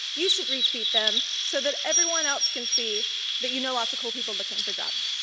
you should retweet them so that everyone else can see that you know lots of cool people looking for jobs.